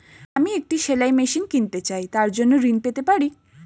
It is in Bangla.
আমি একটি সেলাই মেশিন কিনতে চাই তার জন্য ঋণ পেতে পারি?